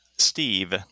Steve